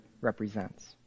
represents